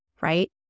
right